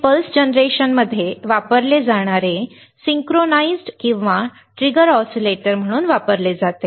हे pulse generation मध्ये वापरले जाणारे सिंक्रोनाइज्ड किंवा ट्रिगर ऑसिलेटर म्हणून वापरले जाते